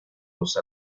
los